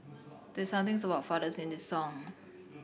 there's something about fathers in this song